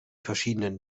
verschiedenen